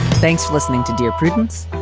thanks for listening to dear prudence.